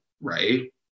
right